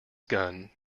gun